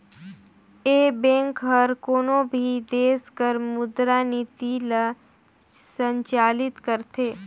ए bank हर कोनो भी देस कर मुद्रा नीति ल संचालित करथे